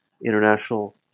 international